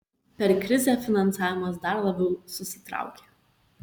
per krizę finansavimas dar labiau susitraukė